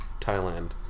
Thailand